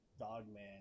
Dogman